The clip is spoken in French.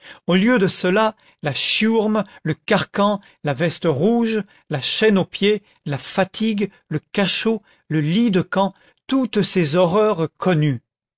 au lieu de cela la chiourme le carcan la veste rouge la chaîne au pied la fatigue le cachot le lit de camp toutes ces horreurs connues